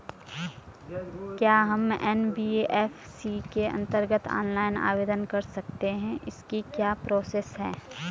क्या हम एन.बी.एफ.सी के अन्तर्गत ऑनलाइन आवेदन कर सकते हैं इसकी क्या प्रोसेस है?